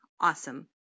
Awesome